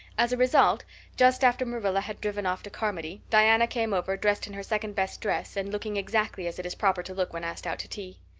as a result just after marilla had driven off to carmody, diana came over, dressed in her second-best dress and looking exactly as it is proper to look when asked out to tea.